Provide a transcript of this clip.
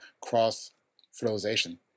cross-fertilization